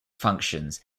functions